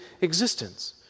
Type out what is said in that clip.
existence